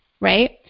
right